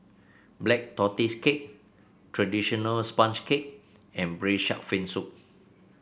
Black Tortoise Cake traditional sponge cake and Braised Shark Fin Soup